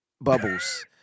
bubbles